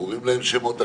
קוראים לזה בשמות אחרים,